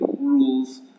rules